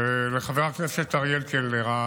לחבר הכנסת אריאל קלנר,